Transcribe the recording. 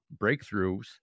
breakthroughs